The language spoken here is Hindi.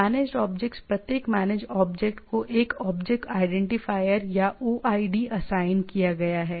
मैनेजड ऑब्जेक्ट्स प्रत्येक मैनेजड ऑब्जेक्ट को एक ऑब्जेक्ट आईडेंटिफायर या OID असाइन किया गया है